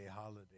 holiday